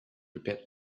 prepared